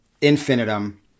infinitum